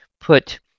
put